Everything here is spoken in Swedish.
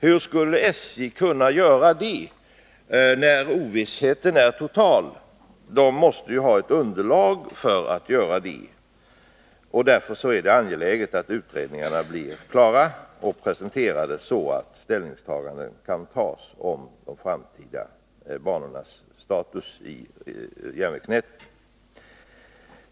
Hur skulle SJ kunna göra det, när ovissheten är total? SJ måste få ett underlag för att kunna göra dessa satsningar, och därför är det angeläget att utredningarna blir klara och presenterade, så att ställningstaganden kan göras om banornas framtida status i järnvägsnätet.